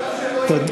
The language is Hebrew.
תודה.